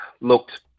looked